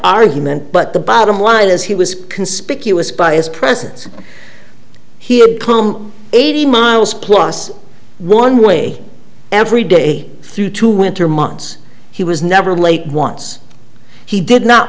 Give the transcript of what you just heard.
argument but the bottom line is he was conspicuous by his presence he had come eighty miles plus one way every day through two winter months he was never late once he did not